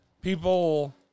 people